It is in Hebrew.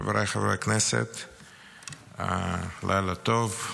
חבריי חברי הכנסת, לילה טוב.